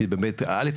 כי א',